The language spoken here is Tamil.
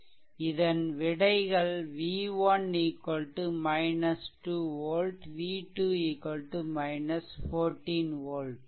அதன் விடைகள் v1 2 volt v2 14 volt